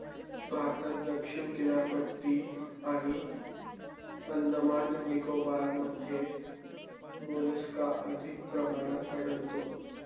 भारतात दक्षिण किनारपट्टी आणि अंदमान निकोबारमध्ये मोलस्का अधिक प्रमाणात आढळतो